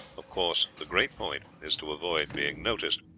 of course, the great point is to avoid being noticed,